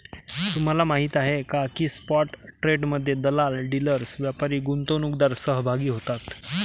तुम्हाला माहीत आहे का की स्पॉट ट्रेडमध्ये दलाल, डीलर्स, व्यापारी, गुंतवणूकदार सहभागी होतात